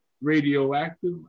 radioactive